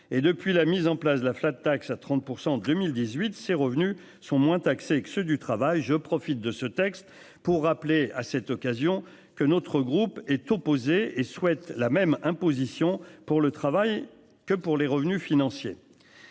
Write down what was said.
depuis la mise en place de la flat tax à 30% en 2018, ses revenus sont moins taxés que ceux du travail. Je profite de ce texte pour rappeler à cette occasion que notre groupe est opposé et souhaite la même imposition pour le travail que pour les revenus financiers.